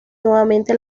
nuevamente